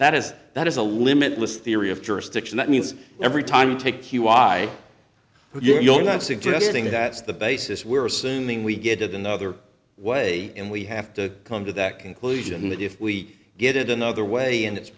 that is that is a limitless theory of jurisdiction that means every time you take you why you're not suggesting that's the basis we're assuming we get to the other way and we have to come to that conclusion that if we get it another way and it's